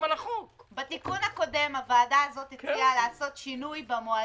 בתיקון הקודם הוועדה הזאת הציעה לעשות שינוי במועדים.